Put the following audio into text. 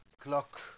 Clock